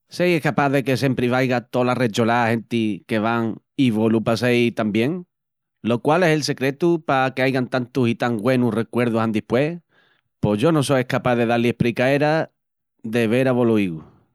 seis escapás de que sempri vaiga tola recholá genti que van i vo-lu passeis tan bien? Lo qual es el secretu pa qu'aigan tantus i tan güenus recuerdus andispues, pos yo no so escapás de da-li espricaera te vera vo-lu igu.